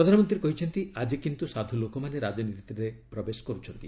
ପ୍ରଧାନମନ୍ତ୍ରୀ କହିଛନ୍ତି ଆଜି କିନ୍ତୁ ସାଧୁ ଲୋକମାନେ ରାଜନୀତିରେ ପ୍ରବେଶ କରୁଛନ୍ତି